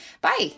bye